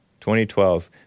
2012